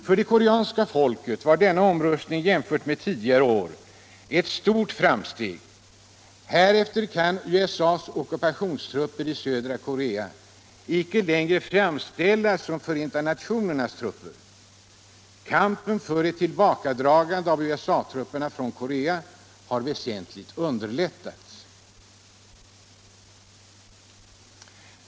För det koreanska folket var denna omröstning i jämförelse med vad som hänt tidigare år ett stort framsteg. Härefter kan USA:s ockupationstrupper i södra Korea inte längre framställas som FN-trupper. Kampen för ett tillbakadragande av USA-trupperna från Korea har väsentligt underlättats.